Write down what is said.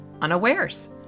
unawares